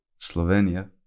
Slovenia